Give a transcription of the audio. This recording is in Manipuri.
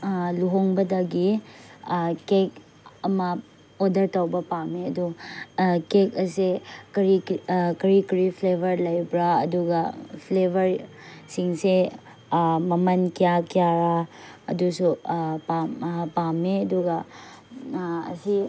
ꯂꯨꯍꯣꯡꯕꯗꯒꯤ ꯀꯦꯛ ꯑꯃ ꯑꯣꯗꯔ ꯇꯧꯕ ꯄꯥꯝꯃꯦ ꯑꯗꯣ ꯀꯦꯛ ꯑꯁꯦ ꯀꯔꯤ ꯀꯔꯤ ꯀꯔꯤ ꯐ꯭ꯂꯦꯕꯔ ꯂꯩꯕ꯭ꯔꯥ ꯑꯗꯨꯒ ꯐ꯭ꯂꯦꯕꯔꯁꯤꯡꯁꯦ ꯃꯃꯜ ꯀꯌꯥ ꯀꯌꯥꯔꯥ ꯑꯗꯨꯁꯨ ꯄꯥꯝꯃꯦ ꯑꯗꯨꯒ ꯑꯁꯤ